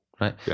Right